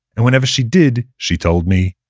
and whenever she did, she told me,